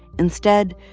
instead,